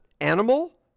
animal